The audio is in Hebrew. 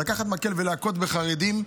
לקחת מקל ולהכות בחרדים,